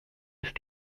ist